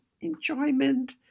enjoyment